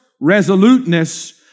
resoluteness